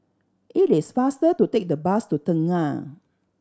it is faster to take the bus to Tengah